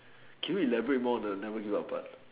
can you elaborate more on the never give up part